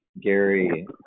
Gary